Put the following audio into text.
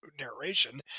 narration